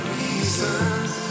reasons